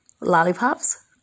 lollipops